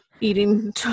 eating